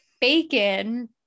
bacon